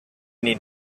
need